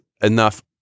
enough